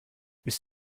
ist